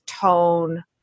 tone